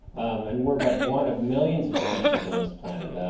and we're but one of millions of species on this planet.